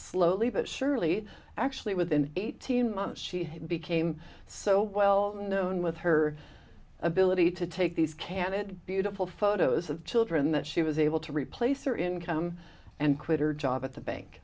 slowly but surely actually within eighteen months she became so well known with her ability to take these can it be a couple photos of children that she was able to replace her income and quit her job at the bank